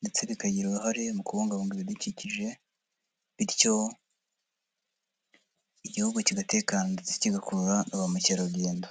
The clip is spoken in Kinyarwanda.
ndetse bikagira uruhare mu kubungabunga ibidukikije bityo Igihugu kigatekana ndetse kigakurura na ba mukerarugendo.